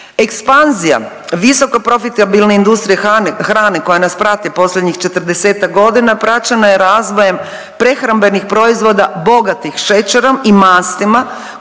Ekspanzija visokoprofitabilne industrije hrane koja nas prati posljednjih 40-tak godina praćena je razvojem prehrambenih proizvoda bogatih šećerom i mastima koje donose